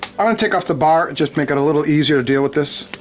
i'm gonna take off the bar, and just make it a little easier to deal with this.